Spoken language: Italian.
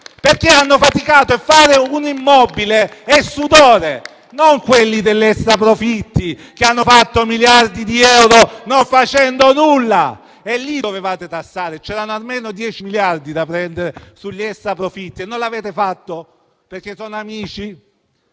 perché hanno faticato e fare un immobile è sudore, non come quelli degli extraprofitti che hanno fatto miliardi di euro non facendo nulla. Lì dovevate tassare: c'erano almeno 10 miliardi da prendere sugli extraprofitti e non l'avete fatto, perché sono amici.